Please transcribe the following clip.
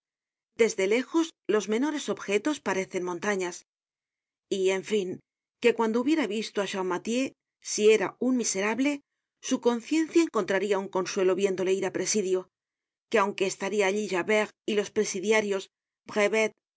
desde lejos los menores objetos parecen montañas y en fin que cuando hubiera visto á champmathieu si era un miserable su conciencia encontraria un consuelo viéndole ir á presidio que aunque estarian allí javert y los presidiarios